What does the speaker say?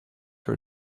her